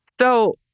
So-